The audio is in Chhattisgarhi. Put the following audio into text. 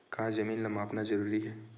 का जमीन ला मापना जरूरी हे?